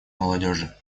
молодежи